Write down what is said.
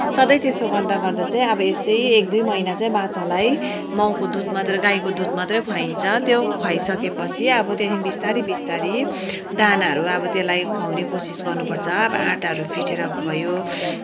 सधैँ त्यसो गर्दा गर्दा चाहिँ अब यस्तै एक दुई महिना चाहिँ बाछालाई माउको दुध मात्रै गाईको दुध मात्रै खुवाइन्छ त्यो खुवाइसकेपछि अब त्यहाँदेखि बिस्तारी बिस्तारी दानाहरू अब त्यसलाई खुवाउने कोसिस गर्नुपर्छ अब आँटाहरू फिटेर भयो